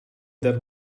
that